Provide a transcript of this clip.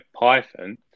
Python